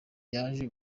yaje